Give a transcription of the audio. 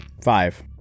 Five